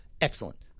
Excellent